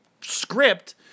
script